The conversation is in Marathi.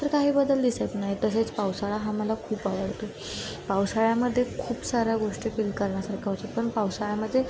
तर काही बदल दिसत नाही तसेच पावसाळा हा मला खूप आवडतो पावसाळ्यामध्ये खूप साऱ्या गोष्टी फिल करण्यासारख्या होत्या पण पावसाळ्यामध्ये